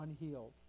unhealed